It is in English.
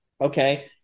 Okay